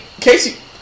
Casey